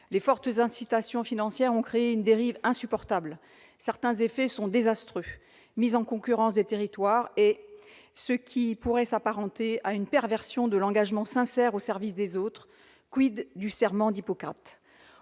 Les fortes incitations financières ont créé une dérive insupportable. Certains effets sont désastreux. Ils aboutissent à une mise en concurrence des territoires, à ce qui pourrait s'apparenter à une perversion de l'engagement sincère au service des autres : du serment d'Hippocrate ?